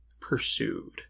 pursued